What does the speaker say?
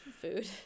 food